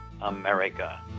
America